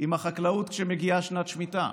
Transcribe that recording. עם החקלאות כשמגיעה שנת שמיטה,